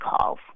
calls